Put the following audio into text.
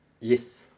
Yes